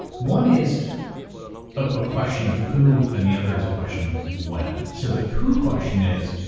one is ah a question of who, and the other is a question of when. so the who question is,